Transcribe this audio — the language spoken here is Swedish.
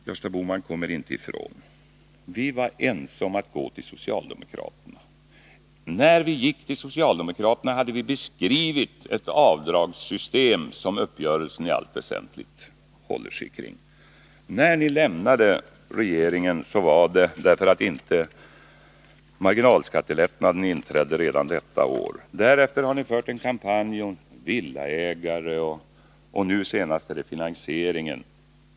Gösta Bohman kommer inte ifrån att vi var ense om att gå till socialdemokraterna, och vi hade då beskrivit ett avdragssystem, som uppgörelsen med socialdemokraterna i allt väsentligt bygger på. Att ni lämnade regeringen berodde på att inte marginalskattelättnaden inträdde redan detta år. Därefter har ni fört en kampanj om först villaägarna och nu senast finansieringen.